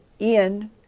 Ian